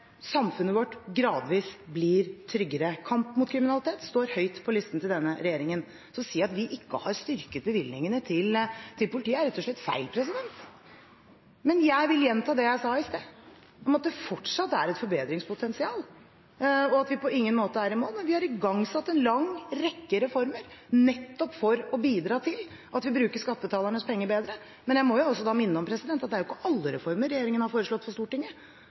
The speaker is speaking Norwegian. samfunnet vårt gradvis blir tryggere. Kampen mot kriminalitet står høyt på listen til denne regjeringen. Så det å si at vi ikke har styrket bevilgningene til politiet, er rett og slett feil. Jeg vil gjenta det jeg sa i sted om at det fortsatt er et forbedringspotensial, og at vi på ingen måte er i mål, men vi har igangsatt en lang rekke reformer, nettopp for å bidra til at vi bruker skattebetalernes penger bedre. Men jeg må også minne om at det er jo ikke alle reformer regjeringen har foreslått for Stortinget,